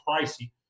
pricey